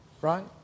Right